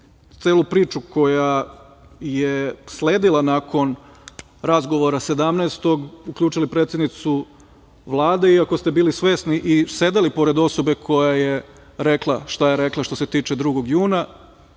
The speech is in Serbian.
celu priču koja je sledila nakon razgovora sedamnaestog uključili predsednicu Vlade, iako ste bili svesni i sedeli pored osobe koja je rekla šta je rekla za 2. jun,